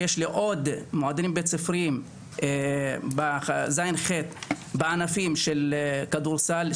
ויש לי עוד מועדונים בית ספריים בכיתות ז'-ח' בענפים של כדורסל,